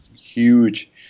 huge